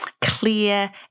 clear